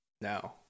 no